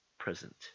present